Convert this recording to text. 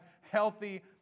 healthy